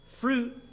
Fruit